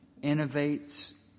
innovates